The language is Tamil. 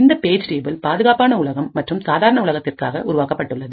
இந்த பேஜ் டேபிள் பாதுகாப்பான உலகம் மற்றும் சாதாரண உலகத்திற்காக உருவாக்கப்பட்டுள்ளது